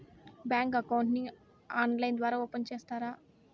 Bank account ని online ద్వారా open సేస్తారా?